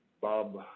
Bob